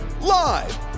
live